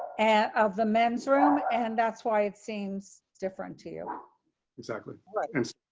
and of the men's room, and that's why it seems different to exactly but and